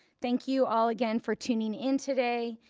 thank you all again for tuning in today.